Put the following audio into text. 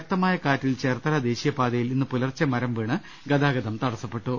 ശക്തമായ കാറ്റിൽ ചേർത്തല ദേശീയപാതയിൽ ഇന്നു പുലർച്ചെ മരം വീണ് ഗതാഗതം തടസ്സപ്പെട്ടു